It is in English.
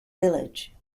village